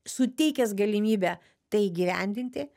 suteikęs galimybę tai įgyvendinti